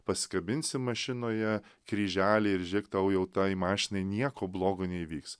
pasikabinsi mašinoje kryželį ir žiūrėk tau jau tai mašinai nieko blogo neįvyks